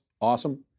Awesome